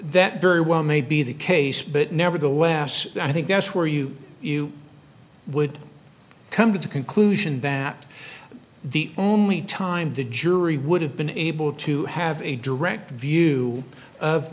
that very well may be the case but nevertheless i think that's where you would come to the conclusion that the only time the jury would have been able to have a direct view of